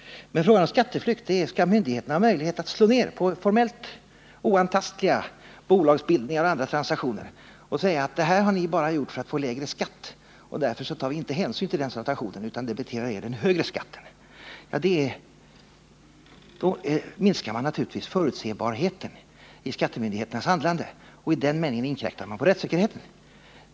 Man kan fråga sig om myndigheterna skall ha möjlighet att slå ned på formellt oantastliga bolagsbildningar och andra transaktioner och säga: Det här har ni bara gjort för att få lägre skatt, och därför tar vi inte hänsyn till den transaktionen utan debiterar er den högre skatten. Tillåter man att myndigheterna gör så, då minskar man naturligtvis förutsebarheten i skattemyndigheternas handlande, och i den meningen inskränker man på rättssäkerheten.